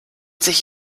sich